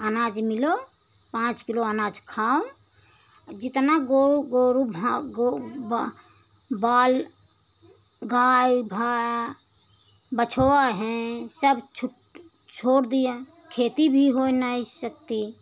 अनाज मिलो पाँच किलो अनाज खाओ और जितना गौ गोरू भए गो बाल गाय भए बछवा हैं सब छूट छोड़ दिया खेती भी होती नहीं सकती